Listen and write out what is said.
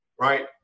right